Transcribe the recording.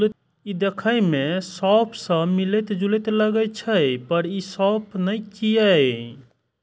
ई देखै मे सौंफ सं मिलैत जुलैत लागै छै, पर ई सौंफ नै छियै